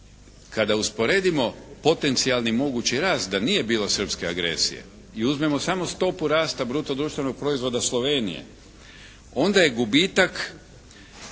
Kada usporedimo potencijalni mogući rast da nije bilo srpske agresije i uzmemo samo stopu rasta bruto društvenog proizvoda Slovenije, onda je gubitak